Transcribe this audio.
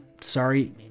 Sorry